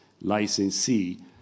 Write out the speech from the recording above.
licensee